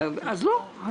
אז לא.